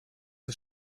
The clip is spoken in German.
ist